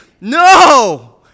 No